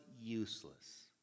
Useless